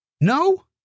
No